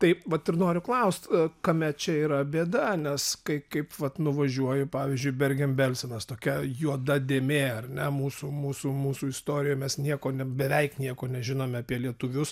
taip vat ir noriu klaust kame čia yra bėda nes kai kaip vat nuvažiuoji pavyzdžiui bergenbelsenas tokia juoda dėmė ar ne mūsų mūsų mūsų istorijoj mes nieko ne beveik nieko nežinome apie lietuvius